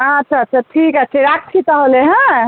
আচ্ছা আচ্ছা ঠিক আছে রাখছি তাহলে হ্যাঁ